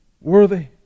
worthy